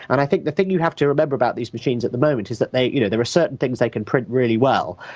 and i think the thing you have to remember about these machines at the moment is that you know there are certain things they can print really well,